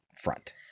front